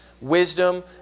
wisdom